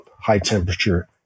high-temperature